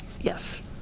Yes